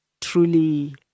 truly